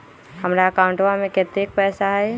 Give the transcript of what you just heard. हमार अकाउंटवा में कतेइक पैसा हई?